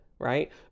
right